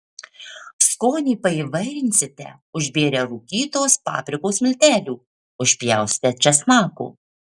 skonį paįvairinsite užbėrę rūkytos paprikos miltelių užpjaustę česnako